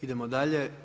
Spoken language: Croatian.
Idemo dalje.